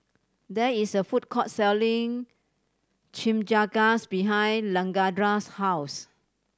there is a food court selling Chimichangas behind Lakendra's house